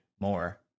More